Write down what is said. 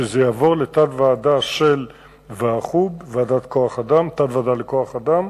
שזה יעבור לתת-ועדה של תת-ועדה לכוח-אדם,